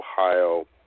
Ohio